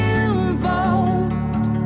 involved